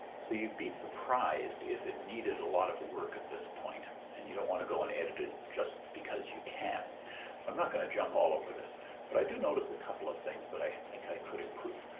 so you'd be surprised if it needed a lot of work at this point and you don't want to go and edit it just because you can. so i'm not going to jump all over this but i do notice a couple of things that i think i could improve.